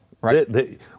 Right